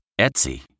Etsy